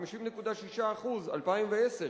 50.6% ב-2010,